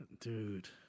dude